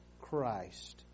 Christ